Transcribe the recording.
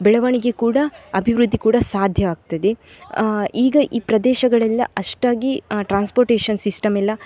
ಬೆಳವಣಿಗೆ ಕೂಡ ಅಭಿವೃದ್ಧಿ ಕೂಡ ಸಾಧ್ಯವಾಗ್ತದೆ ಈಗ ಈ ಪ್ರದೇಶಗಳೆಲ್ಲ ಅಷ್ಟಾಗಿ ಟ್ರಾನ್ಸ್ಪೋಟೇಷನ್ ಸಿಸ್ಟಮೆಲ್ಲ